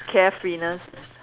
carefree-ness